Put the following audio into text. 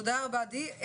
תודה רבה, עדי.